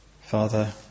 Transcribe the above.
Father